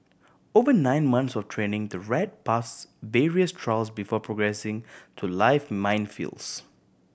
over nine months of training the rat pass various trials before progressing to live minefields